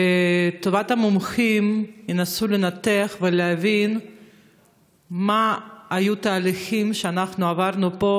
וטובי המומחים ינסו לנתח ולהבין מה היו התהליכים שעברנו פה,